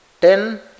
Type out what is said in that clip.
Ten